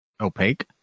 opaque